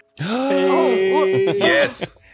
Yes